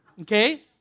Okay